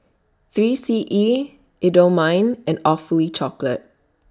three C E Indomie and Awfully Chocolate